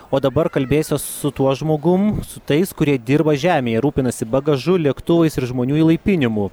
o dabar kalbėsiuos su tuo žmogum su tais kurie dirba žemėje rūpinasi bagažu lėktuvais ir žmonių įlaipinimu